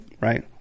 right